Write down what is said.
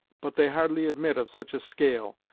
but they hardly admit of such a scale,